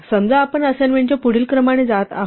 समजा आपण असाइनमेंटच्या पुढील क्रमाने जात आहोत